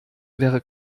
wäre